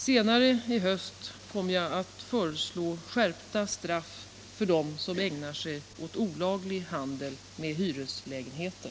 Senare i höst kommer jag att föreslå skärpta straff för dem som ägnar sig åt olaglig handel med hyreslägenheter.